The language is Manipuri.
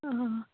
ꯑꯥ